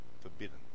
forbidden